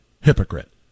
hypocrite